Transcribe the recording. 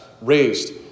raised